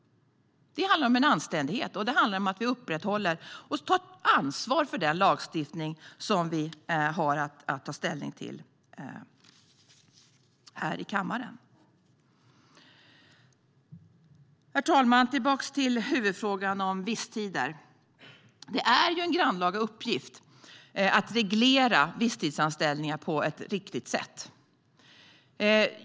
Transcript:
Det handlar om anständighet. Det handlar om att vi upprätthåller och tar ansvar för den lagstiftning som vi har att ta ställning till här i kammaren. Herr talman! Låt mig gå tillbaka till huvudfrågan om visstid. Det är ju en grannlaga uppgift att reglera visstidsanställningar på ett riktigt sätt.